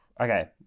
Okay